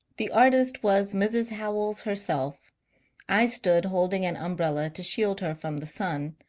the artist was mrs. howells herself i stood holding an umbrella to shield her from the sun,